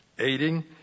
aiding